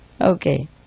Okay